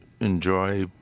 enjoy